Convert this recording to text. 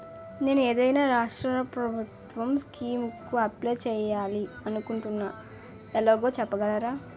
నేను ఏదైనా రాష్ట్రం ప్రభుత్వం స్కీం కు అప్లై చేయాలి అనుకుంటున్నా ఎలాగో చెప్పగలరా?